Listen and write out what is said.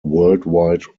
worldwide